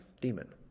demon